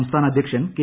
സംസ്ഥാന അധ്യക്ഷൻ കെ